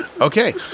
Okay